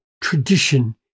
tradition